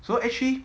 so actually